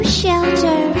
shelter